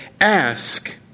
ask